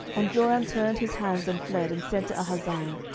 and joram turned his hands, and fled, and said to ahaziah,